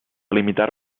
limitar